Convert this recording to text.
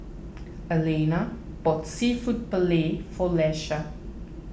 Alannah bought Seafood Paella for Iesha